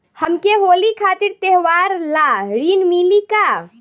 हमके होली खातिर त्योहार ला ऋण मिली का?